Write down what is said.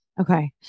okay